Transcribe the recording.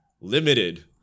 limited